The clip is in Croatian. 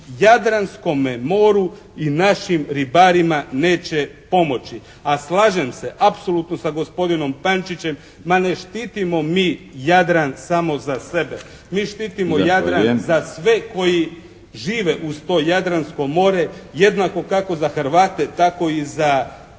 Jadranskome moru i našim ribarima neće pomoći. A slažem se apsolutno sa gospodinom Pančićem, ma ne štitimo mi Jadran samo za sebe. Mi štitimo Jadran za sve koji žive uz to Jadransko more jednako kako za Hrvate tako i za